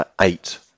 eight